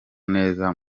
neza